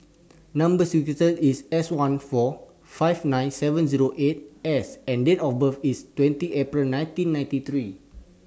Number sequence IS S one four five nine seven Zero eight S and Date of birth IS twenty April nineteen ninety three